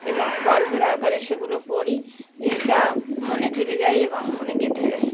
এবং গল্পের আকারে সেগুলো পড়ি এ যা মনে থেকে যায় এবং মনে গেঁথে যায়